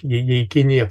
jei jei kinija